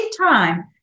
time